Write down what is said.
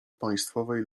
państwowej